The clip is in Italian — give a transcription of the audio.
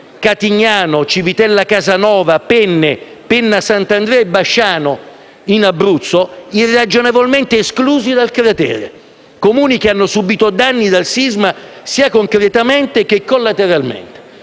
Catignano, Civitella Casanova, Penne, Penna Sant'Andrea e Basciano in Abruzzo irragionevolmente esclusi dal cratere; Comuni che hanno subito danni dal sisma sia concretamente che collateralmente;